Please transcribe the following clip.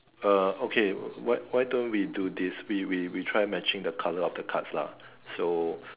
uh okay why why don't we do this we we we try matching the colour of the cards lah so